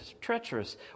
treacherous